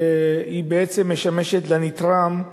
שבעצם משמשת לנתרם,